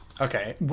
Okay